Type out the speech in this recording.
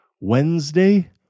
Wednesday